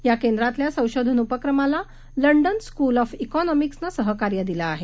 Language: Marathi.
यार्केद्रातल्यासंशोधनउपक्रमालालंडनस्कूलऑफईकॉनॉमिक्सनंसहकार्यदिलंआहे